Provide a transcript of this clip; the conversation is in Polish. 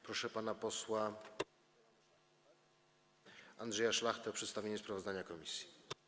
Proszę pana posła Andrzeja Szlachtę o przedstawienie sprawozdania komisji.